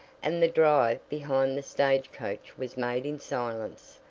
and the drive behind the stage coach was made in silence,